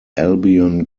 albion